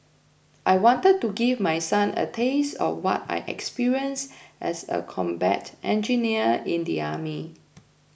I wanted to give my son a taste of what I experienced as a combat engineer in the army